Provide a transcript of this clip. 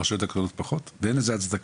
ברשויות הקטנות פחות ואין לזה הצדקה,